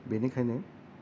बेनिखायनो